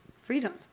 freedom